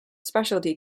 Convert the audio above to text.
specialty